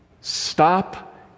stop